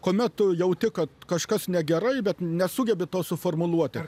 kuomet tu jauti kad kažkas negerai bet nesugebi to suformuluoti